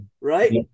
Right